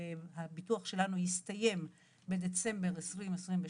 הביטוח שלנו יסתיים בחודש דצמבר 2023,